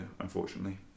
unfortunately